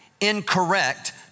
incorrect